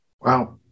Wow